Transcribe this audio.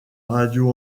radio